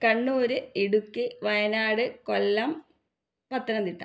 Kannur Idukki Wayanad Kollam Pathanamthitta